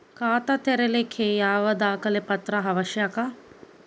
ಖಾತಾ ತೆರಿಲಿಕ್ಕೆ ಯಾವ ದಾಖಲೆ ಪತ್ರ ಅವಶ್ಯಕ?